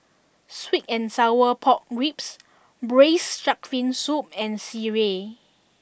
Sweet and Sour Pork Bibs Braised Shark Fin Soup and Sireh